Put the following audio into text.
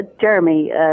Jeremy